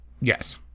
Yes